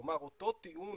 כלומר אותו טיעון